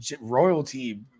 royalty